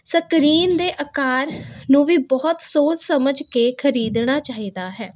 screen ਦੇ ਆਕਾਰ ਨੂੰ ਵੀ ਬਹੁਤ ਸੋਚ ਸਮਝ ਕੇ ਖਰੀਦਣਾ ਚਾਹੀਦਾ ਹੈ